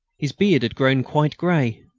his beard had grown quite grey.